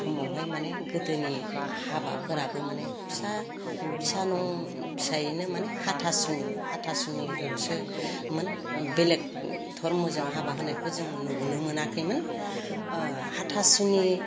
समावहाय माने गोदोनि हाबाफोराबो माने फिसा फिसा फिसायैनो माने हाथासुनि हाथासुनिल'सो मोन बेलेग धर्मजों हाबा होनायखौ जों नुबोनो मोनाखैमोन हाथासुनि